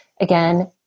again